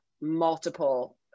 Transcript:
multiple